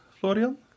Florian